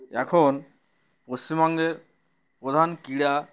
এখন পশ্চিমবঙ্গের প্রধান ক্রীড়া